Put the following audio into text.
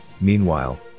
meanwhile